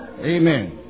Amen